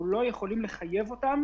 אנחנו לא יכולים לחייב אותם